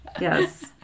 Yes